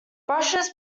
brushes